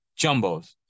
jumbos